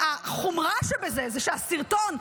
החומרה שבזה היא שהסרטון,